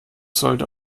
sollte